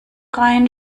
rein